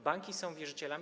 Banki są wierzycielami.